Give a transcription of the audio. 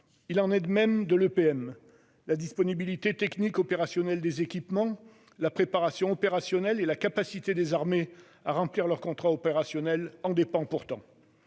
Il en est de même de l'EPM. La disponibilité technique opérationnelle des équipements, la préparation opérationnelle et la capacité des armées à remplir leurs contrats opérationnels en dépendent pourtant.